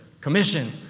commission